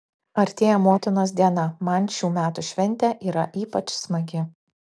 artėja motinos diena man šių metų šventė yra ypač smagi